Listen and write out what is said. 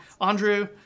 Andrew